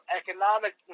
economic